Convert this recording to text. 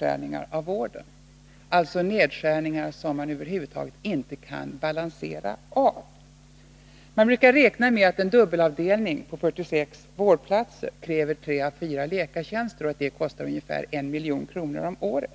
slag, alltså nedskärningar som man över huvud taget inte kan balansera av. Man brukar räkna med att en dubbelavdelning på 46 vårdplatser kräver 3 å 4 läkartjänster och att det kostar ungefär 1 milj.kr. om året.